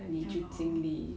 ya lor